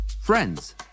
Friends